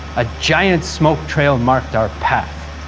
a giant smoke trail marked our path.